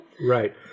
Right